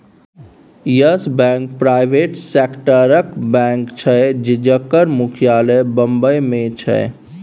yes Bank private सेक्टरक bank छै जकर मुख्यालय बंबई मे छै